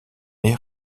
est